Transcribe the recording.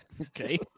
Okay